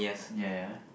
ya ya